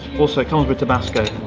also it comes with tabasco.